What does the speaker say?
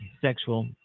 sexual